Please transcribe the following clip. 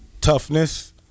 Toughness